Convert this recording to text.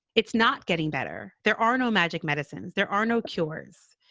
it's not getting better. there are no magic medicines. there are no cures.